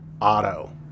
Auto